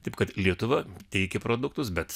taip kad lietuva teikė produktus bet